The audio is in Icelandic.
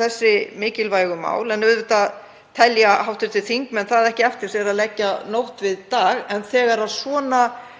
þessi mikilvægu mál. Auðvitað telja hv. þingmenn það ekki eftir sér að leggja nótt við dag, en þegar svona